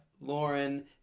Lauren